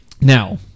Now